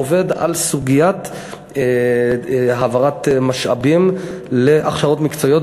עובד על סוגיית העברת משאבים להכשרות מקצועיות